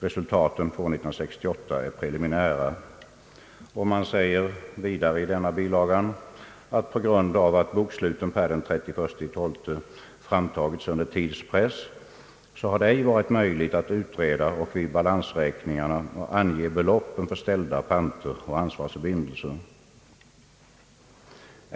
Resultaten för år 1968 är preliminära.» Det heter vidare i denna bilaga att på grund av att bokslutet per den 31/12 framtagits under tidspress har det ej varit möjligt att utreda och i balansräkningen ange beloppen för ställda panter och ansvarsförbindelser.